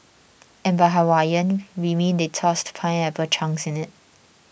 and by Hawaiian we mean they tossed pineapple chunks in it